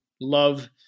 love